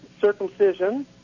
circumcision